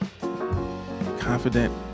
Confident